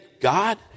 God